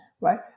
right